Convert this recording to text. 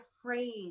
afraid